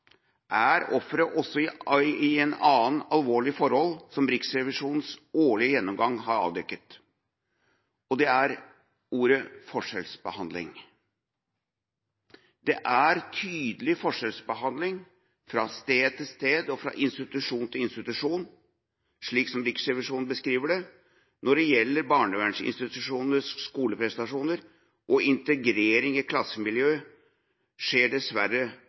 er ofre også i et annet alvorlig forhold som Riksrevisjonens årlige gjennomgang har avdekket. Ordet er forskjellsbehandling. Det er tydelig forskjellsbehandling fra sted til sted og fra institusjon til institusjon, slik Riksrevisjonen beskriver det. Når det gjelder barnevernsinstitusjoners skoleprestasjoner og integrering i klassemiljø, skjer dessverre